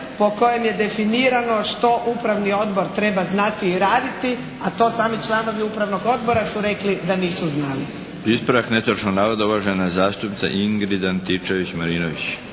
po kojem je definirano što upravni odbor treba znati raditi, a to sami članovi Upravnog odbora su rekli da nisu znali. **Milinović, Darko (HDZ)** Ispravak netočnog navoda uvažena zastupnica Ingrid Antičević Marinović.